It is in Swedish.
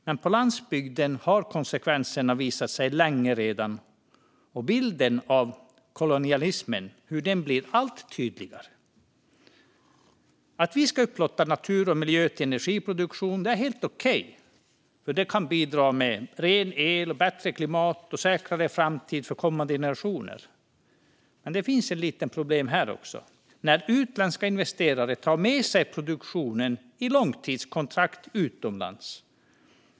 Men på landsbygden har konsekvenserna redan visat sig länge, och bilden av kolonialismen blir allt tydligare. Att vi ska upplåta natur och miljö till energiproduktion är helt okej eftersom det kan bidra med ren el, bättre klimat och säkrare framtid för kommande generationer. Men det finns ett litet problem här också när utländska investerare tar med sig produktionen i långtidskontrakt utomlands.